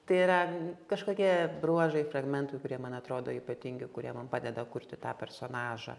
tai yra kažkokie bruožai fragmentų kurie man atrodo ypatingi kurie man padeda kurti tą personažą